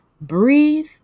breathe